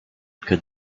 could